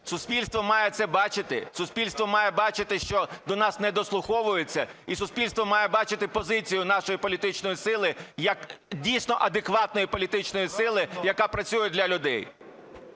Суспільство має це бачити, суспільство має бачити, що до нас недослуховуються, і суспільство має бачити позицію нашої політичної сили як дійсно адекватної політичної сили, яка працює для людей.